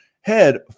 head